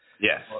yes